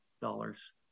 dollars